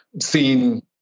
seen